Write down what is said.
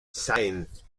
sáenz